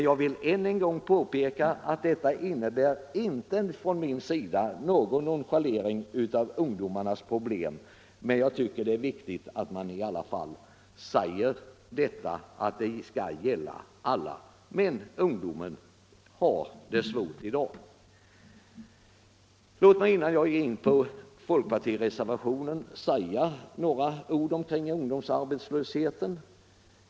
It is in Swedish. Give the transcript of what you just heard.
Jag vill än en gång påpeka att detta inte innebär att jag nonchalerar ungdomarnas problem, men jag tycker att det är viktigt att man i alla fall säger att detta skall gälla alla. Ungdomen har det emellertid svårt i dag. Innan jag går in på folkpartireservationen vill jag säga några ord om ungdomsarbetslösheten.